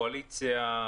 של הקואליציה,